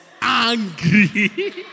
angry